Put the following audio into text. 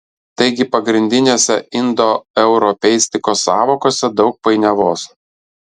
taigi pagrindinėse indoeuropeistikos sąvokose daug painiavos